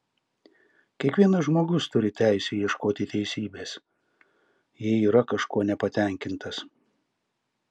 kiekvienas žmogus turi teisę ieškoti teisybės jei yra kažkuo nepatenkintas